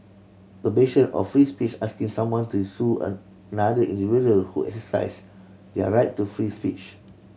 a bastion of free speech asking someone to sue another individual who exercise their right to free speech